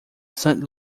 saint